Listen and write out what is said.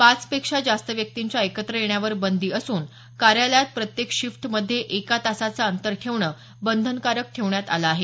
पाचपेक्षा जास्त व्यक्तींच्या एकत्र येण्यावर बंदी असून कार्यालयात प्रत्येक शिफ्ट मध्ये एका तासाचं अंतर ठेवणं बंधनकारक ठेवण्यात आलं आहे